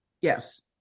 Yes